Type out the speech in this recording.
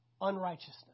unrighteousness